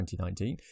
2019